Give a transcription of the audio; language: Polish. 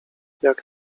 jak